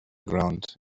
ground